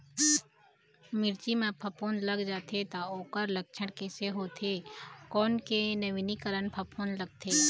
मिर्ची मा फफूंद लग जाथे ता ओकर लक्षण कैसे होथे, कोन के नवीनीकरण फफूंद लगथे?